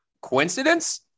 Coincidence